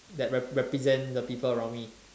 that rep~ represent the people around me